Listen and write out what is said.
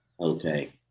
Okay